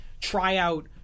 tryout